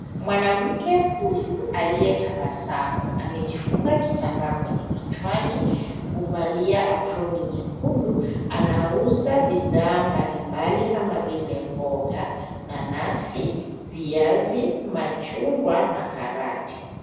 Mwanamke huyu aliyetabasamu, amejifunga kitambaa kwenye kichwani. Kuvalia aproni nyekundu. Anauza bidhaa mbali mbali, kama vile mboga, nanasi, viazi, amchungwa, na karati.